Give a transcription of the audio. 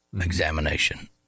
examination